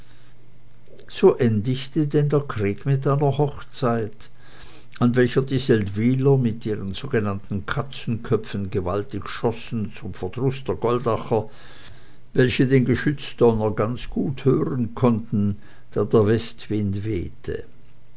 so endigte denn der krieg mit einer hochzeit an welcher die seldwyler mit ihren sogenannten katzenköpfen gewaltig schossen zum verdrusse der goldacher welche den geschützdonner ganz gut hören konnten da der westwind wehte